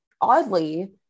oddly